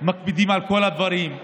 מקפידים על כל הדברים,